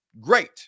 great